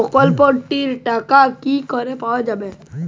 প্রকল্পটি র টাকা কি করে পাওয়া যাবে?